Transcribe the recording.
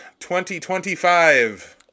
2025